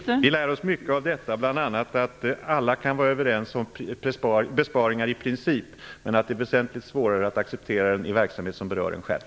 Fru talman! Vi lär oss mycket av detta - bl.a. att alla kan vara överens om besparingar i princip, men att det är väsentligt svårare att acceptera det i en verksamhet som berör en själv.